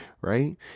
Right